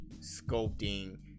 sculpting